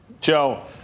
Joe